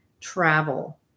travel